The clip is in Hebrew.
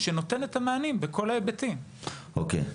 אוקיי.